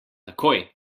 takoj